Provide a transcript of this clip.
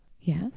Yes